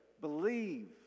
believe